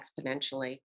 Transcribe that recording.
exponentially